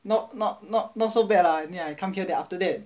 not not not not so bad lah then I come here then after that